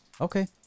Okay